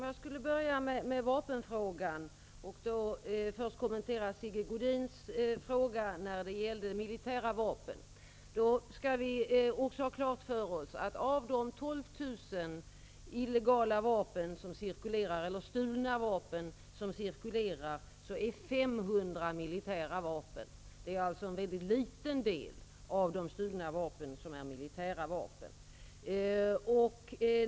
Fru talman! Låt mig börja med att kommentera Sigge Godins fråga när det gäller militära vapen. Vi skall ha klart för oss att av de 12 000 stulna vapen som cirkulerar är 500 militära vapen. Det är alltså en väldigt liten del av de stulna vapnen som är militära vapen.